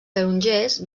tarongers